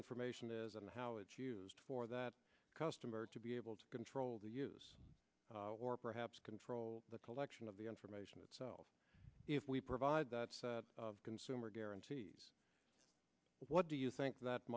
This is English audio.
information is and how it's used for that customer to be able to control the use or perhaps control the collection of the information itself if we provide that consumer guarantees what do you think that